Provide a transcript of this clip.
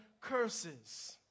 curses